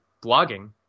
blogging